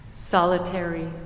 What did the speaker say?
Solitary